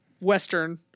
Western